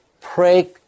pray